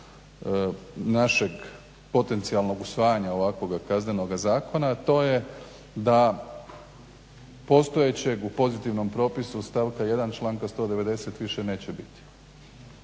našeg potencijalnog usvajanja ovakvog Kaznenog zakona, a to je da postojećeg u pozitivnom propisu od stavka 1. članka 190. više neće biti.